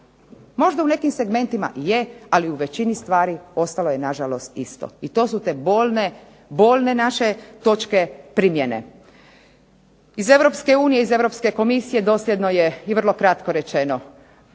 Možda u nekim segmentima je, ali u većini stvari ostalo je isto i to su bolne naše točke primjene. Iz Europske unije, iz Europske komisije dosljedno je i vrlo kratko rečeno,